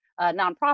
nonprofit